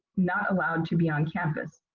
not allowed to be on campus.